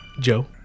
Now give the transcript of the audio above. Joe